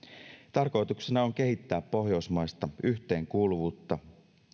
tarkoituksena on kehittää pohjoismaista yhteenkuuluvuutta